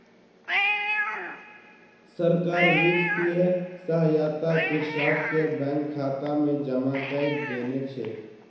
सरकार वित्तीय सहायता कृषक के बैंक खाता में जमा कय देने छै